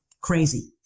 crazy